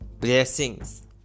blessings